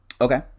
okay